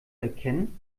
erkennen